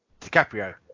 DiCaprio